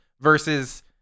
Versus